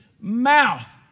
mouth